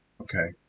Okay